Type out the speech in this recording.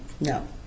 No